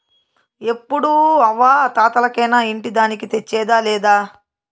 ఎప్పుడూ అవ్వా తాతలకేనా ఇంటి దానికి తెచ్చేదా లేదా